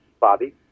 Bobby